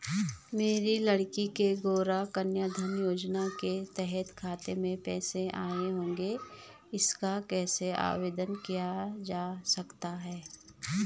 मेरी लड़की के गौंरा कन्याधन योजना के तहत खाते में पैसे आए होंगे इसका कैसे आवेदन किया जा सकता है?